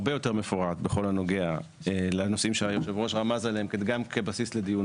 הרבה יותר מפורט בכל הנוגע לנושאים שהיושב-ראש רמז עליהם גם כבסיס לדיון